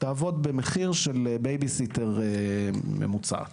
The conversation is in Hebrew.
ולעבוד במחיר של בייביסיטר ממוצעת.